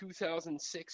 2006